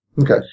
Okay